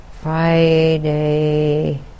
Friday